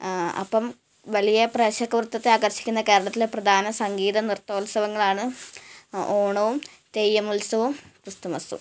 അപ്പം വലിയ പ്രേക്ഷകവൃത്തത്തെ ആകര്ഷിക്കുന്ന കേരളത്തിലെ പ്രധാന സംഗീത നൃത്തോത്സവങ്ങളാണ് ഓണവും തെയ്യം ഉത്സവും ക്രിസ്തുമസും